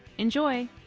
enjoy!